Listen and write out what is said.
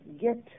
get